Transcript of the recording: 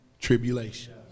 Tribulation